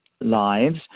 lives